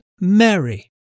Mary